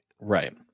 Right